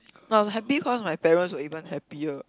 no I happy cause my parents were even happier